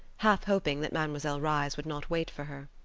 half hoping that mademoiselle reisz would not wait for her.